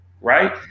right